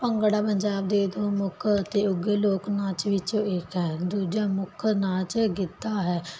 ਭੰਗੜਾ ਪੰਜਾਬ ਦੇ ਦੋ ਮੁੱਖ ਤੇ ਉਗੇ ਲੋਕ ਨਾਚ ਵਿੱਚ ਇੱਕ ਹੈ ਦੂਜਾ ਮੁੱਖ ਨਾਚ ਗਿੱਧਾ ਹੈ ਭੰਗ